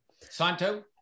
Santo